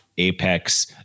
apex